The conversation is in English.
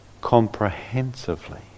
comprehensively